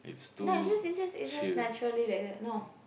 nah it's just it's just it's just naturally like that no